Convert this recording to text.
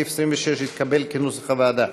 סעיף 26 התקבל כנוסח הוועדה.